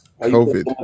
COVID